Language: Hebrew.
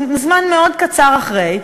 זמן מאוד קצר אחרי,